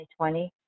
2020